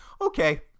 okay